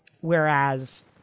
whereas